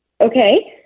Okay